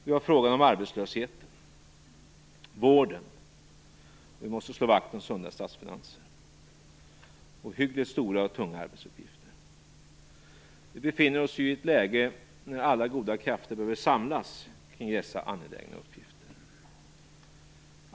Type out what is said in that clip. Vi har frågorna om arbetslösheten och vården, och vi måste slå vakt om sunda statsfinanser. Det är ohyggligt stora och tunga arbetsuppgifter. Vi befinner oss i ett läge när alla goda krafter behöver samlas kring dessa angelägna uppgifter.